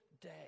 day